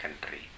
country